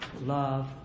love